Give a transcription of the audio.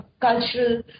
cultural